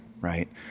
right